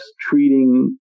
treating